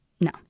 No